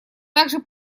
также